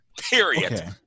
Period